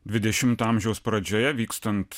dvidešimto amžiaus pradžioje vykstant